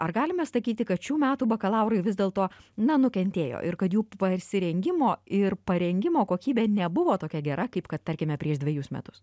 ar galime sakyti kad šių metų bakalaurai vis dėl to na nukentėjo ir kad jų pasirengimo ir parengimo kokybė nebuvo tokia gera kaip kad tarkime prieš dvejus metus